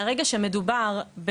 מהרגע שמדובר,